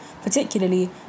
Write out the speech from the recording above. particularly